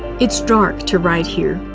it's dark to write here,